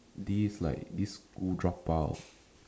this like this school drop out